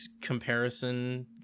comparison